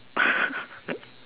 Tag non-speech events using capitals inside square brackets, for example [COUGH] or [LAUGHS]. [LAUGHS]